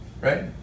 right